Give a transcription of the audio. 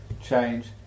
change